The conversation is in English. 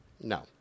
No